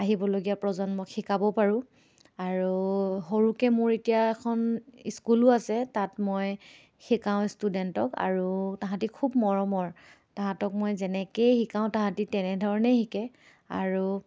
আহিবলগীয়া প্ৰজন্মক শিকাব পাৰোঁ আৰু সৰুকে মোৰ এতিয়া এখন স্কুলো আছে তাত মই শিকাওঁ ষ্টুডেণ্টক আৰু তাহাঁতি খুব মৰমৰ তাহাঁতক মই যেনেকৈয়ে শিকাওঁ তাহাঁতি তেনেধৰণেই শিকে আৰু